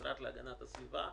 כמשרד להגנת הסביבה,